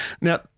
Now